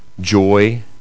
joy